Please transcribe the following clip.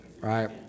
right